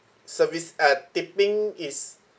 service uh tipping is